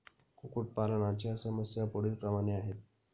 कुक्कुटपालनाच्या समस्या पुढीलप्रमाणे आहेत